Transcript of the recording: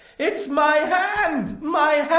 it's my hand. my